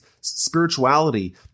spirituality